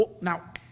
Now